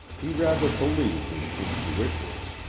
he rather believed in intuitions,